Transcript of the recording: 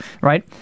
right